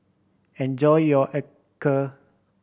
enjoy your acar